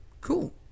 Cool